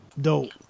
dope